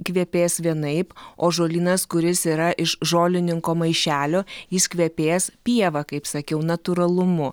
kvepės vienaip o žolynas kuris yra iš žolininko maišelio jis kvepės pieva kaip sakiau natūralumu